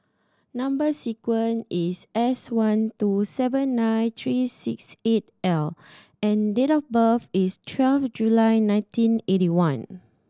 number sequence is S one two seven nine three six eight L and date of birth is twelve July nineteen eighty one